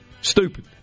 Stupid